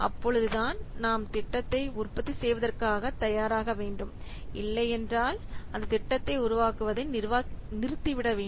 அப்பொழுதுதான் நாம் அந்த திட்டத்தை உற்பத்தி செய்வதற்கு தயாராக வேண்டும் இல்லையென்றால் அந்த திட்டம் உருவாகுவதை நிறுத்திவிட வேண்டும்